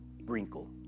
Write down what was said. wrinkle